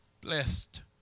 Blessed